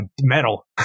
Metal